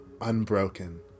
unbroken